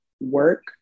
work